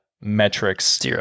metrics